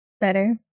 Better